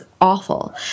awful